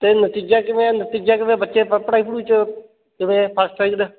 ਅਤੇ ਨਤੀਜਾ ਕਿਵੇਂ ਆ ਨਤੀਜਾ ਕਿਵੇਂ ਬੱਚੇ ਪ ਪੜ੍ਹਾਈ ਪੜੁਈ 'ਚ ਕਿਵੇਂ ਹਾਂ ਫਸਟ ਸੈਕਿੰਡ